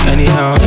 Anyhow